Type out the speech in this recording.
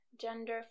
gender